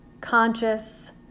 conscious